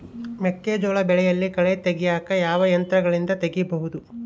ಮೆಕ್ಕೆಜೋಳ ಬೆಳೆಯಲ್ಲಿ ಕಳೆ ತೆಗಿಯಾಕ ಯಾವ ಯಂತ್ರಗಳಿಂದ ತೆಗಿಬಹುದು?